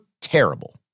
terrible